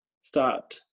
start